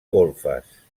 golfes